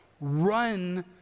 Run